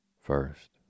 First